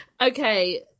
Okay